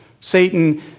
Satan